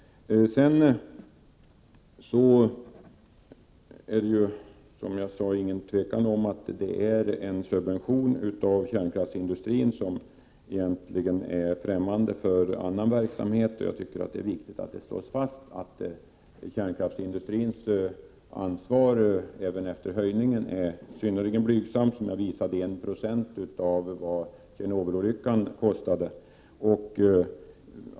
Utan tvivel är detta, som jag sade i mitt huvudanförande, en subvention av kärnkraftsindustrin som egentligen är främmande för annan verksamhet. Jag tycker att det är viktigt att det slås fast att kärnkraftsindustrins ansvar även efter höjningen av försäkringsbeloppet är synnerligen blygsamt. Som jag tidigare visade är det bara 1 90 av vad Tjernobylolyckan kostade.